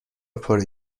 پره